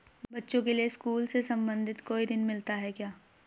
बच्चों के लिए स्कूल से संबंधित कोई ऋण मिलता है क्या?